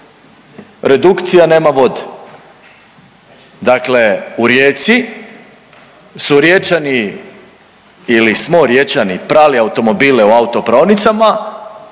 redukcija, nema vode. Dakle, u Rijeci su Riječani ili smo Riječani prali automobile u autopraonicama,